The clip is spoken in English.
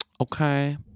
Okay